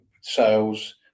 sales